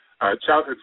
childhood